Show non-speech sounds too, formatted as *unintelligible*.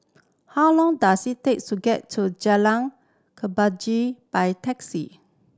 how long does it takes to get to Jalan *unintelligible* by taxi